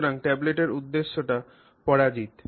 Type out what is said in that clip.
সুতরাং ট্যাবলেটের উদ্দেশ্যটি পরাজিত